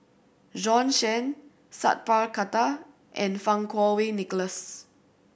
Bjorn Shen Sat Pal Khattar and Fang Kuo Wei Nicholas